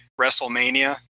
WrestleMania